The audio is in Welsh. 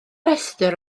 restr